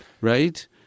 Right